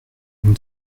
nous